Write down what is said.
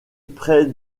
près